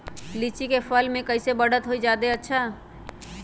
लिचि क फल म कईसे बढ़त होई जादे अच्छा?